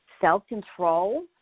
self-control